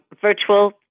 virtual